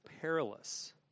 perilous